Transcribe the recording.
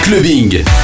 clubbing